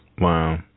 Wow